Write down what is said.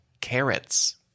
carrots